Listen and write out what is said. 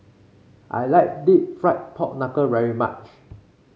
I like deep fried Pork Knuckle very much